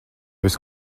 esi